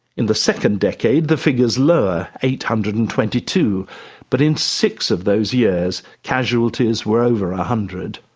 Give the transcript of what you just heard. in the second decade, the figure is lower eight hundred and twenty two but in six of those years, casualties were over one ah hundred.